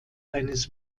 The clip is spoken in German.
eines